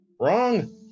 Wrong